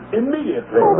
immediately